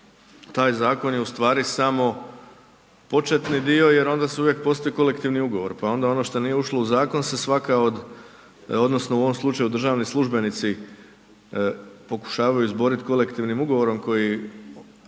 taj Zakon je u stvari samo početni dio jer onda uvijek postoji Kolektivni ugovor, pa onda ono što nije ušlo u Zakon se svaka od, odnosno u ovom slučaju državni službenici pokušavaju izboriti Kolektivnim ugovorom koji